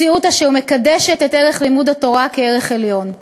מציאות אשר מקדשת את ערך לימוד התורה כערך עליון.